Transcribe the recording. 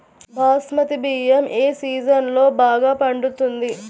బాస్మతి బియ్యం ఏ సీజన్లో బాగా పండుతుంది?